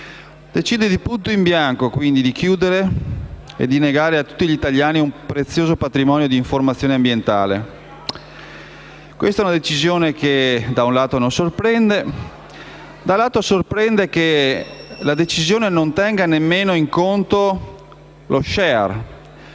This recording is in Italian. Decide di punto in bianco di chiuderla e di negare a tutti gli italiani un prezioso patrimonio d'informazione ambientale. È una decisione che, da un lato, non sorprende; dall'altro, sorprende che la decisione nemmeno tenga conto dello *share*